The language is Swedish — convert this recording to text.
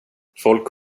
folk